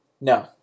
No